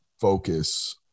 focus